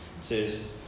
says